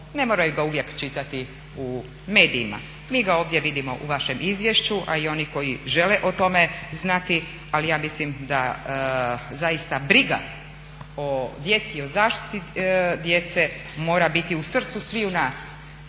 Ne moraju ga uvijek čitati u medijima. Mi ga ovdje vidimo u vašem izvješću a i oni koji žele o tome znati ali ja mislim da zaista briga o djeci i o zaštiti djece mora biti u srcu sviju nas